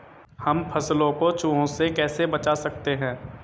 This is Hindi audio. हम फसलों को चूहों से कैसे बचा सकते हैं?